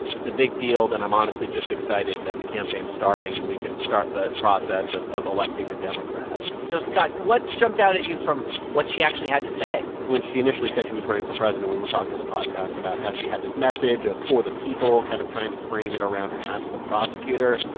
it's a big field, and i'm honestly just excited that the campaign's starting, and we can start the process of of electing a democrat so scott, what jumped out at you from what she actually had to say? when she initially said she was running for president, we were talking on the podcast about how she had this message of for the people kind of trying to frame it around her time as a prosecutor.